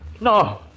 No